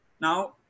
Now